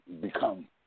become